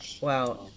wow